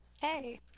hey